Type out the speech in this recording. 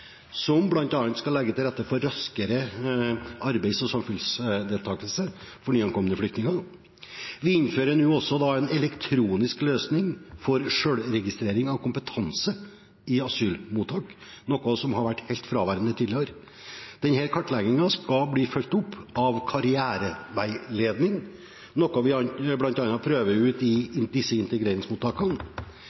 som bl.a. skal legge til rette for raskere arbeids- og samfunnsdeltakelse for de nyankomne flyktningene. Vi innfører nå også en elektronisk løsning for selvregistrering av kompetanse i asylmottak, noe som har vært helt fraværende tidligere. Denne kartleggingen skal følges opp av karriereveiledning, noe vi bl.a. prøver ut i disse